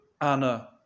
Anna